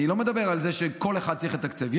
אני לא אמר שצריך לתקצב כל אחד,